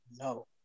no